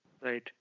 Right